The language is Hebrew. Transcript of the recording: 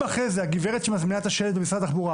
אם אחרי זה הגברת שמזמינה את השלט במשרד התחבורה